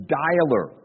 dialer